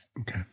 Okay